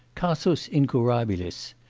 casus incurabilis.